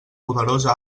poderosa